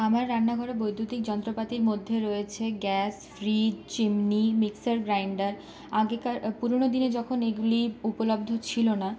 আমার রান্নাঘরে বৈদ্যুতিক যন্ত্রপাতির মধ্যে রয়েছে gas fridge chimney mixer grinder আগেকার পুরোনো দিনে যখন এগুলি উপলব্ধ ছিল না